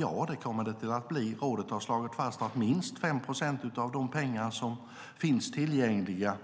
Ja, det kommer det att bli; rådet har slagit fast att minst 5 procent av de pengar som finns tillgängliga